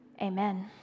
amen